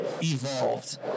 evolved